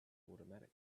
automatic